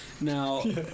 Now